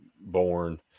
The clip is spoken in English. born